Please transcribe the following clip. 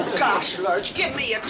gosh, lurch, give me a